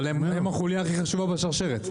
אבל הם החוליה הכי חשובה בשרשרת.